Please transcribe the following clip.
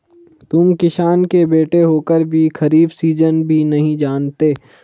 तुम किसान के बेटे होकर भी खरीफ सीजन भी नहीं जानते